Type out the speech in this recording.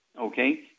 Okay